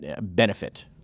benefit